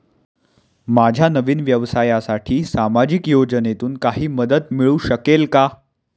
माझ्या नवीन व्यवसायासाठी सामाजिक योजनेतून काही मदत मिळू शकेल का?